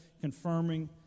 confirming